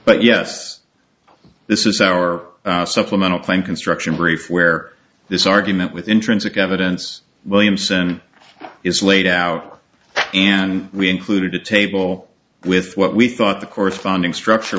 but yes this is our supplemental plan construction brief where this argument with intrinsic evidence williamson is laid out and we included a table with what we thought the corresponding structure